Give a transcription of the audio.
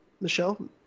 Michelle